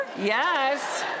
Yes